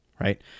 right